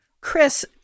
Chris